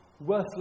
worthless